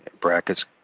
Brackets